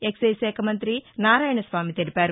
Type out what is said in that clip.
excise శాఖ మంతి నారాయణ స్వామి తెలిపారు